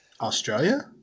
Australia